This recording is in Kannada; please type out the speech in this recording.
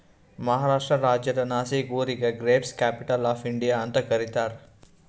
ಮಹಾರಾಷ್ಟ್ರ ರಾಜ್ಯದ್ ನಾಶಿಕ್ ಊರಿಗ ಗ್ರೇಪ್ ಕ್ಯಾಪಿಟಲ್ ಆಫ್ ಇಂಡಿಯಾ ಅಂತ್ ಕರಿತಾರ್